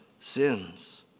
sins